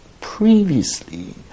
previously